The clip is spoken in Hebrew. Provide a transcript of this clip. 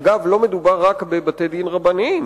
אגב, לא מדובר רק בבתי-דין רבניים.